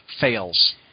fails